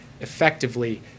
effectively